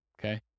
okay